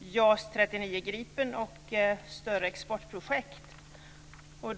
JAS 39 Gripen och större exportprojekt upp.